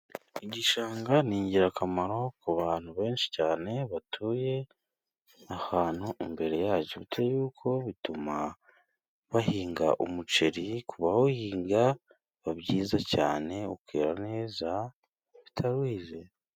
Igishanga ni ingirakamaro ku bantu benshi cyane batuye ahantu imbere yacyo. Bitewe n'uko bituma bahinga umuceri, ku bawuhinga biba byiza cyane, ukera neza utawize.